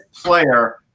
player